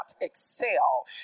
excel